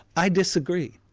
i disagree.